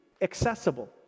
accessible